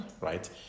right